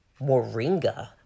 moringa